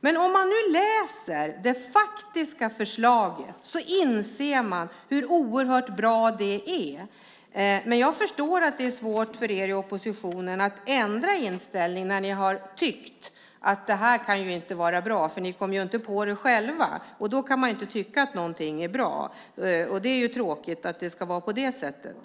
Om man läser det faktiska förslaget inser man hur oerhört bra det är. Jag förstår att det är svårt för er i oppositionen att ändra inställning när ni har tyckt att det inte kan vara bra. Ni kom inte på det själva, och då kan man inte tycka att det är bra. Det är tråkigt att det ska vara på det sättet.